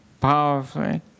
powerfully